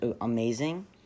amazing